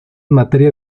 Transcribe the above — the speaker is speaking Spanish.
materia